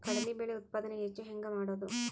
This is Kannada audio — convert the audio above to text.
ಕಡಲಿ ಬೇಳೆ ಉತ್ಪಾದನ ಹೆಚ್ಚು ಹೆಂಗ ಮಾಡೊದು?